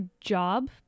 job